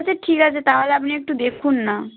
আচ্ছা ঠিক আছে তাহলে আপনি একটু দেখুন না